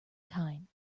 kine